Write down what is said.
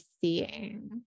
seeing